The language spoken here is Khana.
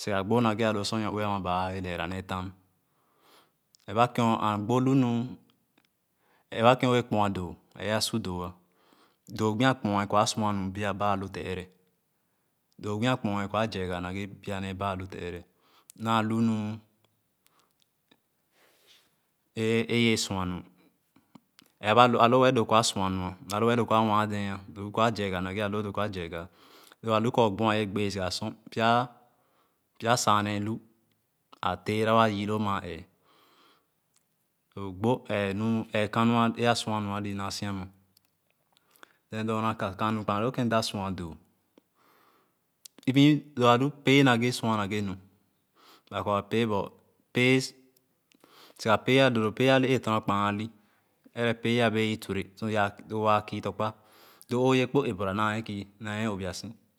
sigagbo loo sor nɔɔue ama baa yeleera ne fam ɛrɛ ba kẽn ɛrɛba ken O kpoa dòò nua su doo lo gbi a kpoa kor a sua nu biaba alo yefe ɛrɛ Lo gbo a kpoa Kor a zeega akèn biabaloo yerfe ɛrɛ naa hunu ye sua nna a lo wɛɛ doo kor a sua nu a lo wɛɛ doo kor a a waadɛɛ loo kor a zeega nage lo a nu kor kpoa ye gbee pya saane lu a tera wayii loo sian loo dorna kano kèn mda sua doo even pēē sua nage nu pẽē siga pēē a torna pkpaa aw ɛrɛ sor a bee twre sor yaa kii tokpa lo oyi kpo obarra na wɛɛ kii naa obiaso.